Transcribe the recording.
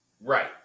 right